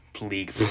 league